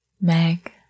Meg